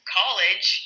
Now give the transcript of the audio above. college